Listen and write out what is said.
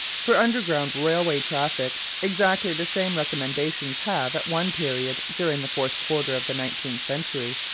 for underground railway traffic exactly the same recommendations have, at one period during the fourth quarter of the nineteenth century,